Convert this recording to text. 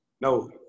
No